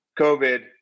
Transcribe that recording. COVID